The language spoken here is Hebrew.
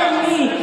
אבל הוא אתר לאומי,